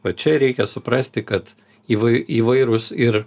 va čia reikia suprasti kad įvai įvairūs ir